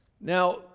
Now